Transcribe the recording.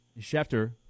Schefter